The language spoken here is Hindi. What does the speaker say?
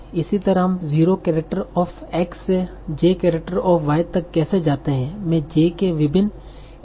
इसी तरह हम 0 केरेक्टर ऑफ़ X से j केरेक्टर ऑफ़ Y तक कैसे जाते हैं मैं j के विभिन्न इंटेंशन कर सकता हूं